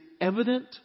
evident